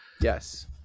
Yes